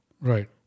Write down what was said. Right